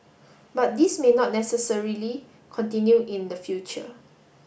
but this may not necessarily continue in the future